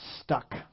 stuck